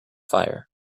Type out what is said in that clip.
fire